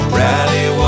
rally